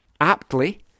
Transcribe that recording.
aptly